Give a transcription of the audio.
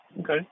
Okay